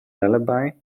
lullaby